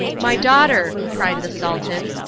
my daughter, cried the sultan,